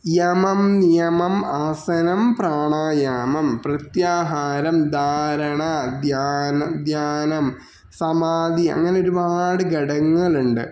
യമം യമം ആസനം പ്രാണായാമം ഭൃത്യാഹാരം ധാരണ ധ്യാനം ധ്യാനം സമാധി അങ്ങനെ ഒരുപാട് ഘടകങ്ങളുണ്ട്